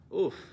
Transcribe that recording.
Oof